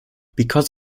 because